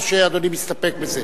או שאדוני מסתפק בזה?